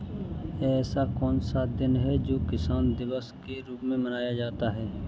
ऐसा कौन सा दिन है जो किसान दिवस के रूप में मनाया जाता है?